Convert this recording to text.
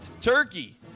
turkey